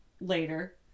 later